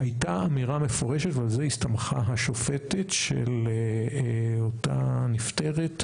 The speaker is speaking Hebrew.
הייתה אמירה מפורשת ועל זה הסתמכה השופטת של אותה נפטרת,